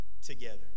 together